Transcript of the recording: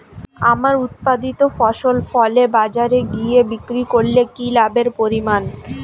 আমার উৎপাদিত ফসল ফলে বাজারে গিয়ে বিক্রি করলে কি লাভের পরিমাণ?